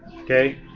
okay